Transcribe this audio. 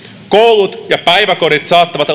koulut ja päiväkodit saattavat